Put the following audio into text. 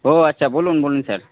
ও আচ্ছা বলুন বলুন স্যার